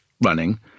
running